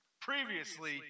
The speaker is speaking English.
previously